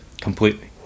completely